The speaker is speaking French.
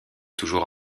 toujours